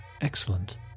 Excellent